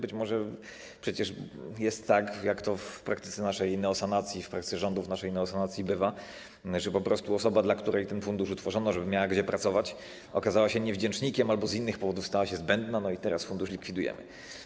Być może przecież jest tak, jak to w praktyce rządów naszej neosanacji bywa, że po prostu osoba, dla której ten fundusz utworzono, żeby miała gdzie pracować, okazała się niewdzięcznikiem albo z innych powodów stała się zbędna i teraz fundusz likwidujemy.